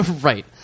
Right